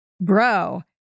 bro